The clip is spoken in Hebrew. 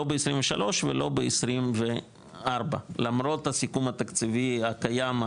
לא ב-2023 ולא ב-2024 למרות הסיכום התקציבי הקיים,